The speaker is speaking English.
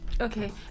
Okay